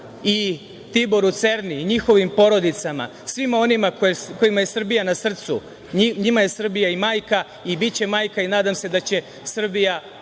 i Tiboru Cerni i njihovim porodicama, svima onima kojima je Srbija na srcu. Njima je Srbija i majka i biće majka i nadam se da će Srbija